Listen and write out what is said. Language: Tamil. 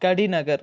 கடிநகர்